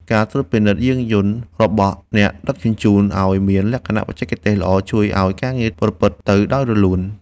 ការត្រួតពិនិត្យយានយន្តរបស់អ្នកដឹកជញ្ជូនឱ្យមានលក្ខណៈបច្ចេកទេសល្អជួយឱ្យការងារប្រព្រឹត្តទៅដោយរលូន។